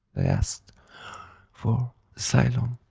i asked for asylum.